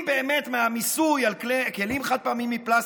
אם באמת מהמיסוי על כלים חד-פעמיים מפלסטיק,